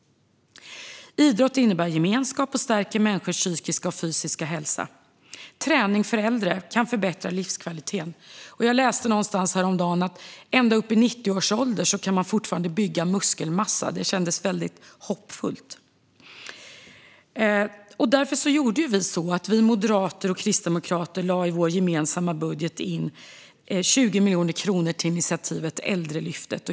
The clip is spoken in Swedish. Idrott innebär gemenskap och stärker människors psykiska och fysiska hälsa. Träning för äldre kan förbättra livskvaliteten. Jag läste någonstans häromdagen att man ända upp i 90-årsåldern fortfarande kan bygga muskelmassa. Det kändes väldigt hoppfullt. Därför lade vi moderater och Kristdemokraterna i vår gemensamma budget in 20 miljoner kronor till initiativet Äldrelyftet.